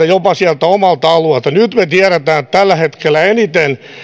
jopa sieltä omalta alueelta nyt me tiedämme että tällä hetkellä eniten